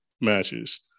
matches